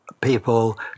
people